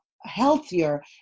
healthier